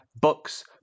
books